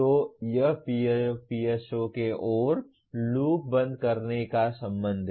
तो यह POPSO के ओर लूप बंद करने का संबंध है